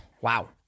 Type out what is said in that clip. Wow